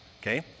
Okay